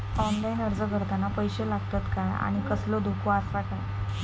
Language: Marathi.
ऑनलाइन अर्ज करताना पैशे लागतत काय आनी कसलो धोको आसा काय?